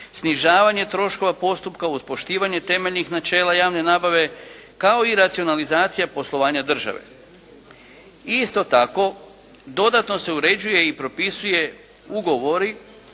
snižavanje troškova postupka uz poštivanje temeljnih načela javne nabave kao i racionalizacija poslovanja države. I isto tako, dodatno se uređuje i propisuje ugovori